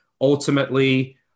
Ultimately